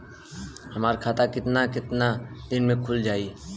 हमर खाता कितना केतना दिन में खुल जाई?